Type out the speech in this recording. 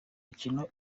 mikino